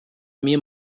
mir